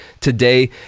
today